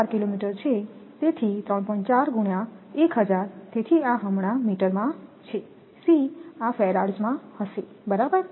4 કિમી છે તેથી તેથી આ હમણાં મીટરમાં છે C આ ફેરાડ્સ માં હશે બરાબર